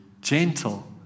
gentle